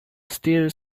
still